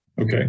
Okay